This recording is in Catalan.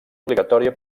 obligatòria